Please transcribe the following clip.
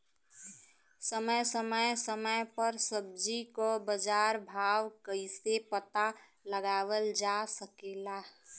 समय समय समय पर सब्जी क बाजार भाव कइसे पता लगावल जा सकेला?